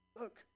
Look